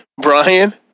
Brian